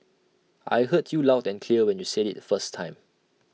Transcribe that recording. I heard you loud and clear when you said IT the first time